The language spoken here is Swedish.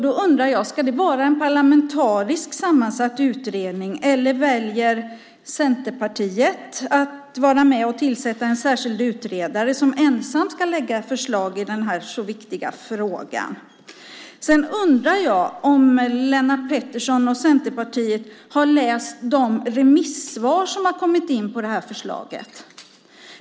Då undrar jag: Ska det vara en parlamentariskt sammansatt utredning, eller väljer Centerpartiet att vara med och tillsätta en särskild utredare som ensam ska lägga fram förslag i denna så viktiga fråga? Jag undrar också om Lennart Pettersson och Centerpartiet har läst de remissvar som har kommit in med anledning av det här förslaget.